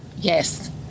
yes